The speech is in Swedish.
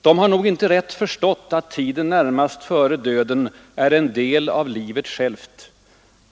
De har nog inte rätt förstått att tiden närmast före döden är en del av livet självt.